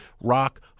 rock